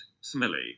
smelly